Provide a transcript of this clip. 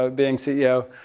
ah being ceo.